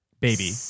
Baby